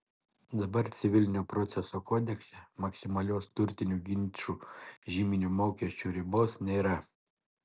dabar civilinio proceso kodekse maksimalios turtinių ginčų žyminio mokesčio ribos nėra